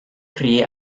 croí